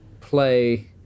play